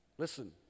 Listen